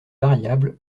variables